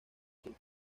cine